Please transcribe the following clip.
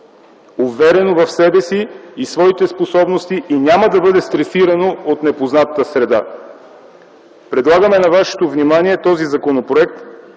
уверено в себе си и своите способности, и няма да бъде стресирано от непознатата среда. Предлагаме на вашето внимание този законопроект